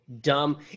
dumb